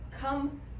come